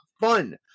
fun